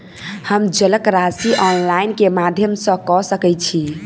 हम जलक राशि ऑनलाइन केँ माध्यम सँ कऽ सकैत छी?